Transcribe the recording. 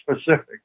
specific